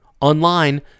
Online